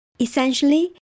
Essentially